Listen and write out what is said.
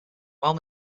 while